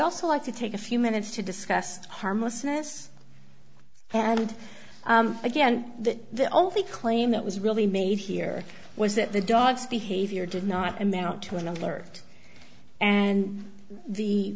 also like to take a few minutes to discuss harmlessness and again that the only claim that was really made here was that the dog's behavior did not amount to an alert and the